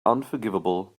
unforgivable